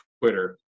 Twitter